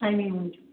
تَمے موٗجوٗب